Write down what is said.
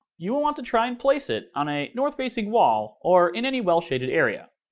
you want to try and place it on a north-facing wall or in any well shaded area.